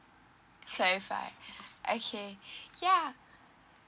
clarify okay yeah